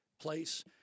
place